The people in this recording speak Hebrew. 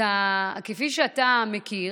אז כפי שאתה מכיר,